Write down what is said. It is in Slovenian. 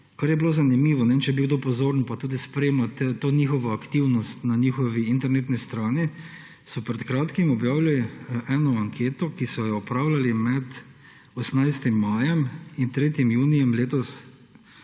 kar je bilo zanimivo – ne vem, če je bil kdo pozoren pa tudi spremljal to njihovo aktivnosti na njihovi internetni strani –, so pred kratkim objavili eno anketo, ki so jo opravljali med 18. majem in 3. junijem letos,